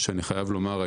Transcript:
ואני חייב לומר,